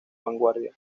vanguardia